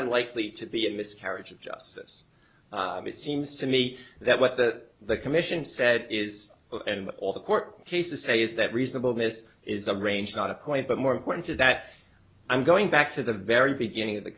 unlikely to be a miscarriage of justice it seems to me that what that the commission said is all the court cases say is that reasonable this is a range not a point but more important to that i'm going back to the very beginning of the